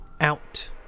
Out